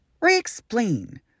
re-explain